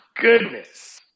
goodness